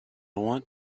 want